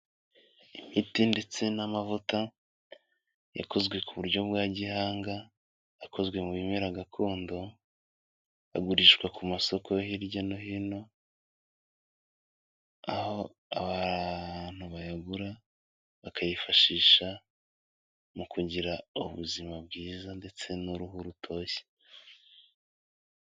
imiti ndetse n'amavuta yakozwe ku buryo bwa gihanga, akozwe mu bimera gakondo, agurishwa ku masoko hirya no hino, aho abantu bayagura bakayifashisha mu kugira ubuzima bwiza ndetse n'uruhu rutoshye.